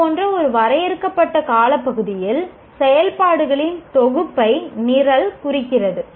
இது போன்ற ஒரு வரையறுக்கப்பட்ட காலப்பகுதியில் செயல்பாடுகளின் தொகுப்பை நிரல் குறிக்கிறது